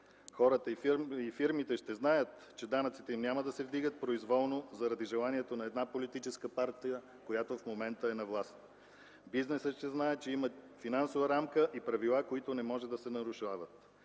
Хората и фирмите ще знаят, че данъците им няма да се вдигат произволно, заради желанието на една политическа партия, която в момента е на власт. Бизнесът ще знае, че има финансова рамка и правила, които не могат да се нарушават.